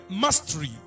mastery